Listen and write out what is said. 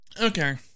Okay